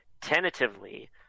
tentatively